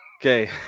Okay